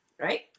Right